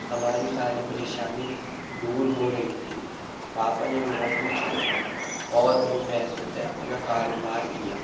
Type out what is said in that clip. ہماری ساری پریشانی دور ہو رہی تھی پاپا نے نوکری چھوڑ دی اور ان پیسوں سے اپنا کاروبار کیا